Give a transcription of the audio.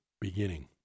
beginning